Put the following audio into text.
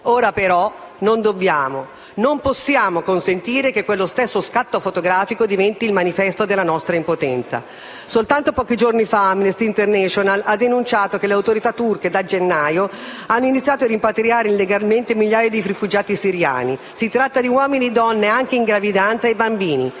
Ora però, non dobbiamo e non possiamo consentire che quello stesso scatto fotografico diventi il manifesto della nostra impotenza. Soltanto pochi giorni fa Amnesty International ha denunciato che le autorità turche da gennaio hanno iniziato a rimpatriare illegalmente migliaia di rifugiati siriani. Si tratta di uomini, donne (anche in gravidanza) e bambini.